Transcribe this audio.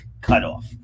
cutoff